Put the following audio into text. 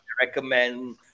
recommend